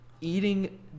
eating